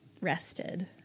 rested